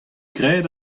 graet